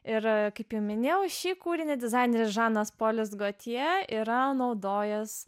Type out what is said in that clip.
ir kaip minėjau šį kūrinį dizaineris žanas polis gotje yra naudojęs